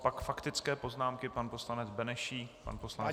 Pak faktické poznámky pan poslanec Benešík, pan poslanec Koubek.